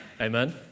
Amen